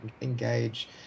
engage